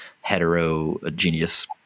heterogeneous